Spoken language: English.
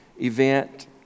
event